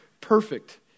perfect